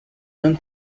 done